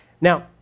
Now